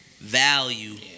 value